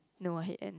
no I hate Ann